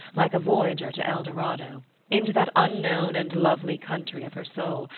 like a voyager to el dorado into that unknown and lovely country of her soul,